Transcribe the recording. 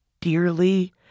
dearly